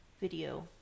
video